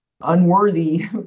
unworthy